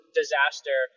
disaster